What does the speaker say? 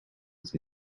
het